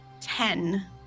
ten